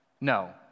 no